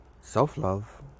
self-love